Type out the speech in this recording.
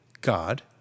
God